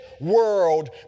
world